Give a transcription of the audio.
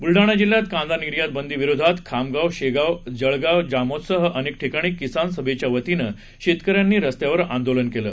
बुलडाणा जिल्ह्यात कांदा निर्यात बंदी विरोधात खामगाव शेगाव जळगाव जामोदसह अनेक ठिकाणी किसान सभेच्या वतीनं शेतकऱ्यांनी रस्त्यावर आंदोलन केलं